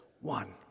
one